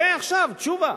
ראה עכשיו, תשובה: